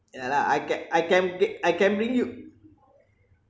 yeah lah I can I can ge~ I can bring you